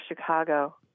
Chicago